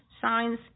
signs